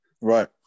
right